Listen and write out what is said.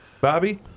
Bobby